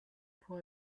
pour